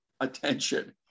attention